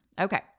Okay